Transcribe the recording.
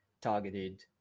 targeted